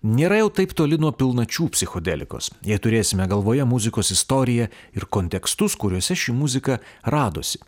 nėra jau taip toli nuo pilnačių psichodelikos jei turėsime galvoje muzikos istoriją ir kontekstus kuriuose ši muzika radosi